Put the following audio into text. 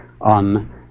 on